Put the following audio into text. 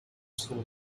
school